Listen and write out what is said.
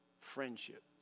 friendship